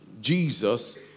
Jesus